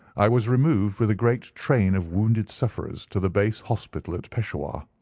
i was removed, with great train of wounded sufferers, to the base hospital at peshawar.